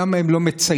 למה הם לא מצייצים?